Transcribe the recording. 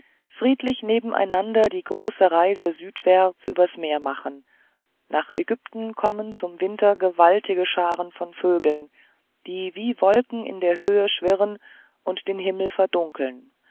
friedlich nebeneinander die große reise südwärts übers meer machen nach ägypten kommen zum winter gewaltige scharen von vögeln die wie wolken in der höhe schwirren und den himmel verdunkeln